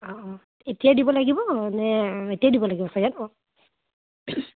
অ' অ' এতিয়াই দিব লাগিব নে এতিয়াই দিব লাগিব চাগে ন